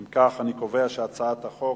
אם כך, אני קובע שהצעת חוק